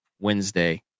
Wednesday